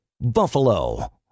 Buffalo